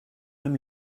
même